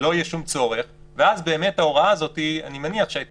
לא יהיה שום צורך ואז ההוראה הזאת הייתה